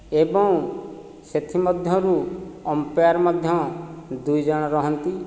ଏଵଂ ସେଥିମଧ୍ୟରୁ ଅମ୍ପେୟାର ମଧ୍ୟ ଦୁଇ ଜଣ ରୁହନ୍ତି